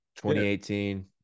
2018